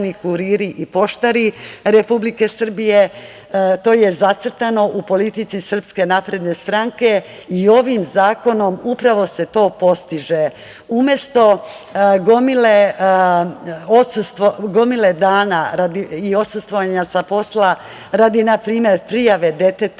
kuriri i poštari Republike Srbije, to je zacrtano u politici SNS i ovim zakonom upravo se to postiže. Umesto gomile dana i odsustvovanja sa posla radi na primer prijave